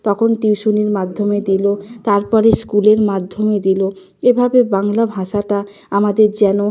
তখন টিউশনের মাধ্যমে দিল তার পরে স্কুলের মাধ্যমে দিল এভাবে বাংলা ভাষাটা আমাদের যেন